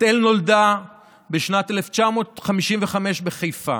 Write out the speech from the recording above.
בת אל נולדה בשנת 1995 בחיפה.